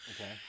Okay